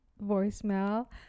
Voicemail